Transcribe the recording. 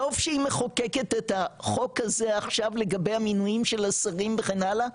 טוב שהיא מחוקקת את החוק הזה עכשיו לגבי המינויים של השרים וכן הלאה,